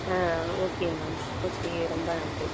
ஆ okay ma'am okay ரொம்ப நன்றி